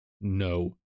No